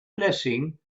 blessing